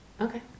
Okay